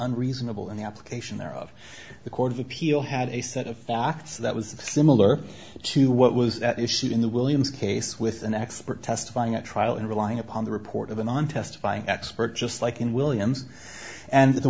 unreasonable in the application there of the court of appeal had a set of facts that was similar to what was that you see in the williams case with an expert testifying at trial and relying upon the report of a non testifying expert just like in williams and the